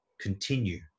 continue